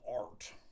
art